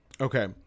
Okay